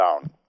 down